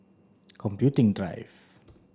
Computing Drive